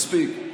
מספיק.